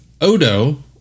Odo